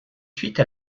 suite